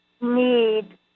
need